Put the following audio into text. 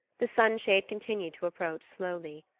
the sunshade continued to approach slowly.